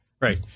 Right